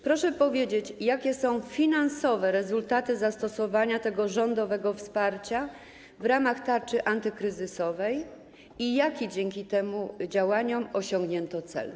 Proszę powiedzieć, jakie są finansowe rezultaty zastosowania tego rządowego wsparcia w ramach tarczy antykryzysowej i jaki dzięki tym działaniom osiągnięto cel.